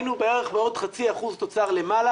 היינו בערך בעוד חצי אחוז תוצר למעלה